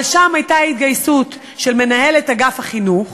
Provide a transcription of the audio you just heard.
אבל שם הייתה התגייסות של מנהלת אגף החינוך,